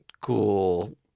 Cool